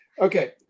Okay